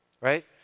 right